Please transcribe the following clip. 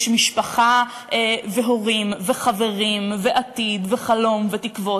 יש משפחה והורים וחברים ועתיד וחלום ותקוות.